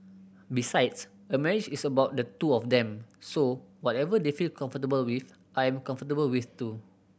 besides a marriage is about the two of them so whatever they feel comfortable with I am comfortable with too